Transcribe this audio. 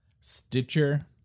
stitcher